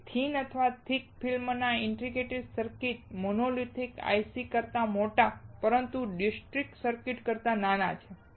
તેથી થિન અને થીક ફિલ્મના ઇન્ટિગ્રેટેડ સર્કિટ્સ મોનોલિથિક IC કરતા મોટા પરંતુ ડિસ્ક્રીટ સર્કિટ કરતા નાના છે